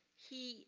he